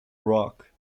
rock